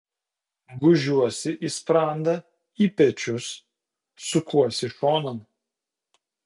gūžiuosi į sprandą į pečius sukuosi šonan